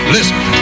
Listen